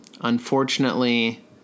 Unfortunately